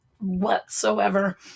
whatsoever